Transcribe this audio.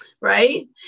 right